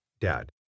Dad